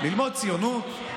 ללמוד ציונות,